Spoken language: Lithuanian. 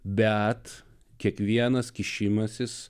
bet kiekvienas kišimasis